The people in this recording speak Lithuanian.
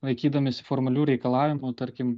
laikydamiesi formalių reikalavimų tarkim